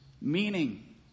meaning